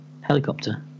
helicopter